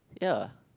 ya